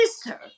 sir